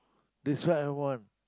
this one I want